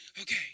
Okay